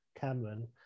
Cameron